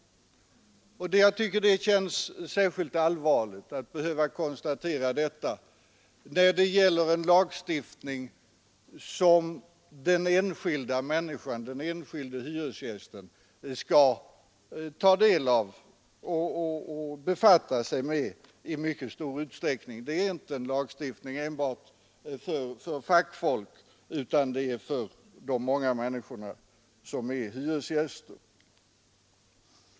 Jag tycker det känns särskilt allvarligt att behöva konstatera detta när det gäller en lagstiftning, som den enskilda människan skall ta del av och befatta sig med i mycket stor utsträckning. Det är inte en lagstiftning enbart för fackfolk, utan det är en lagstiftning för de många människor som är hyresgäster.